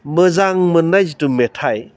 मोजां मोननाय जिथु मेथाइ